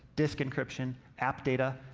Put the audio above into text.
disk encryption, app data,